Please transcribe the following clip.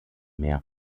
mehr